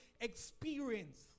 experience